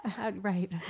right